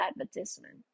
advertisement